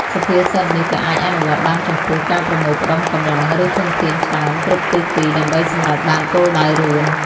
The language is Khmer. សុភាសិតនេះក៏អាចអនុវត្តបានចំពោះការប្រមូលផ្តុំកម្លាំង ឬធនធានច្រើនគ្រប់ទិសទី ដើម្បីសម្រេចបានគោលដៅរួម។